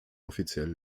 offiziell